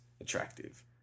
attractive